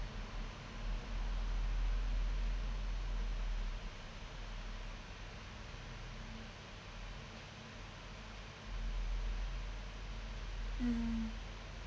mm